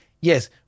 Yes